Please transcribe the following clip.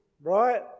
right